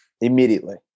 immediately